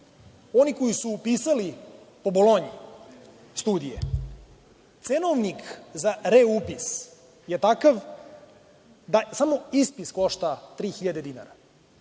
oni koji su upisali po Bolonji studije, cenovnik za reupis, je takav da samo ispit košta 3000 dinara.